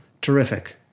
Terrific